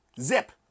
Zip